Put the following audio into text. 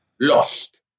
lost